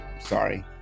Sorry